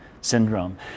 syndrome